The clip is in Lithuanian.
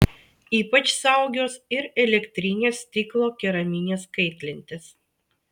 ypač saugios ir elektrinės stiklo keraminės kaitlentės